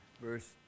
verse